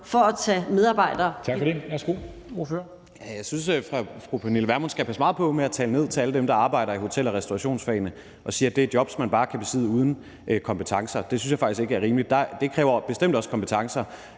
for at tage medarbejdere?